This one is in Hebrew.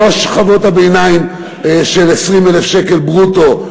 לא על שכבות הביניים של 20,000 שקל ברוטו,